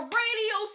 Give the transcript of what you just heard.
radio